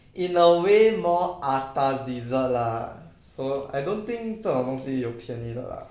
in a way more atas dessert lah so I don't think 这种东西有便宜的 lah